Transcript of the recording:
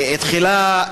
תחילה,